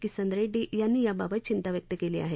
किसन रेड्डी यांनी याबाबत चिंता व्यक्त केली आहे